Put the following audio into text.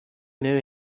knew